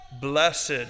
blessed